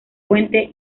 fuente